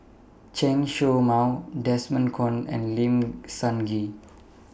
Chen Show Mao Desmond Kon and Lim Sun Gee